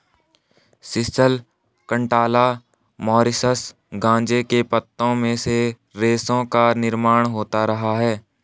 sisal, cantala, Mauritius गांजे के पत्तों से रेशों का निर्माण होता रहा है